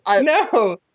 no